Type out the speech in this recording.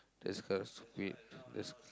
that's quite stupid